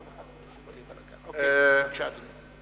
בבקשה, אדוני.